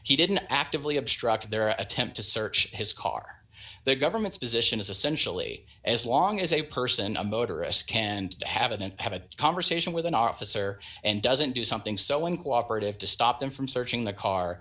he didn't actively obstruct their attempt to search his car the government's position is essentially as long as a person a motorist can't have an have a conversation with an officer and doesn't do something so uncooperative to stop them from searching the car